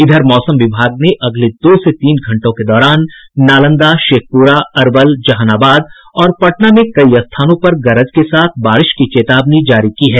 इधर मौसम विभाग ने अगले दो से तीन घंटों के दौरान नालंदा शेखपुरा अरवल जहानाबाद और पटना में कई स्थानों पर गरज के साथ बारिश की चेतावनी जारी की है